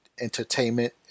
entertainment